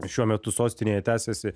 šiuo metu sostinėje tęsiasi